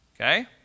Okay